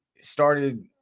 started